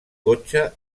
cotxe